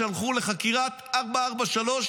שלחו לחקירת 443,